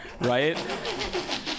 right